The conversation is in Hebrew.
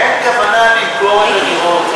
אין כוונה למכור את הדירות.